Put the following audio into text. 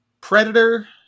predator